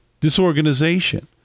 disorganization